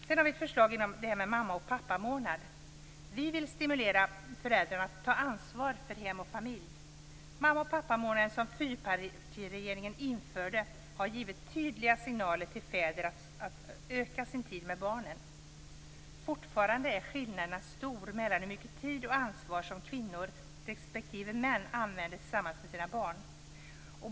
Sedan har vi ett förslag vad gäller detta med mamma respektive pappamånad. Vi vill stimulera föräldrarna att ta ansvar för hem och familj. Den mamma och pappamånad som fyrpartiregeringen införde har gett tydliga signaler till fäder att öka sin tid med barnen. Fortfarande är skillnaden stor mellan kvinnors och mäns tid och ansvar när det gäller att vara tillsammans med sina barn.